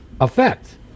effect